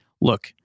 look